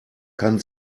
kann